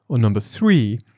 or number three,